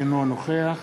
אינו נוכח